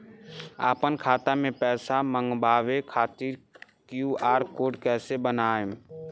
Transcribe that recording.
आपन खाता मे पैसा मँगबावे खातिर क्यू.आर कोड कैसे बनाएम?